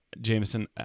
Jameson